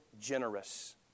generous